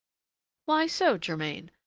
why so, germain?